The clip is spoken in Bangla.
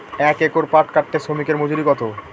এক একর পাট কাটতে শ্রমিকের মজুরি কত?